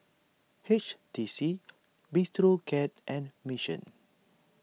H T C Bistro Cat and Mission